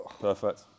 perfect